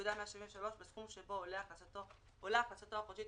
0.173 בסכום שבו עולה הכנסתו החודשית